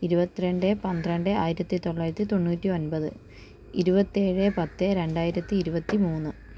ഇരുപത്തി രണ്ടേ പന്ത്രണ്ട് ആയിരത്തി തൊള്ളായിരത്തി തൊണ്ണൂറ്റി ഒന്പത് ഇരപത്തേഴ് പത്ത് രണ്ടായിരത്തി ഇരുപത്തി മൂന്ന്